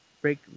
break